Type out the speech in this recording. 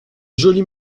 joli